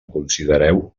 considereu